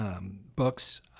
books